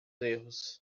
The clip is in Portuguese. erros